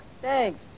Thanks